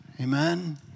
Amen